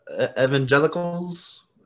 evangelicals